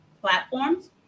platforms